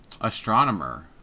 Astronomer